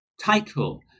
title